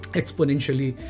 exponentially